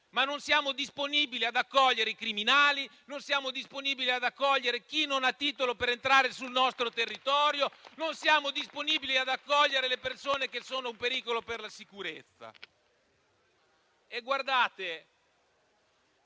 ma non siamo disponibili ad accogliere i criminali, non siamo disponibili ad accogliere chi non ha titolo per entrare sul nostro territorio, non siamo disponibili ad accogliere le persone che sono un pericolo per la sicurezza.